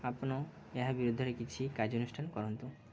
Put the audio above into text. ଆପଣ ଏହା ବିରୁଦ୍ଧରେ କିଛି କାର୍ଯ୍ୟ ଅନୁଷ୍ଠାନ କରନ୍ତୁ